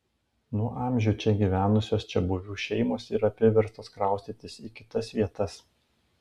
nuo amžių čia gyvenusios čiabuvių šeimos yra priverstos kraustytis į kitas vietas